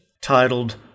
titled